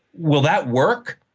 will that work?